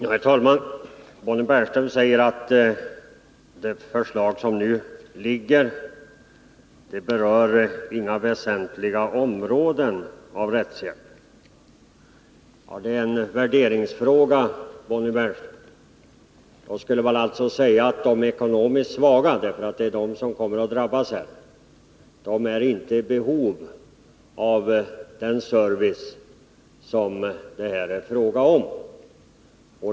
Herr talman! Bonnie Bernström säger att det förslag som nu föreligger inte berör några väsentliga områden av rättshjälpen. Det är en värderingsfråga, Bonnie Bernström. Då skulle man alltså säga att de ekonomiskt svaga — för det är dessa som kommer att drabbas — inte är i behov av den service det gäller.